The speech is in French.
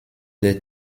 des